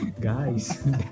Guys